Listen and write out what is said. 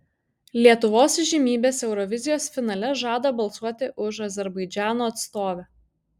lietuvos įžymybės eurovizijos finale žada balsuoti už azerbaidžano atstovę